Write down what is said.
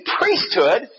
priesthood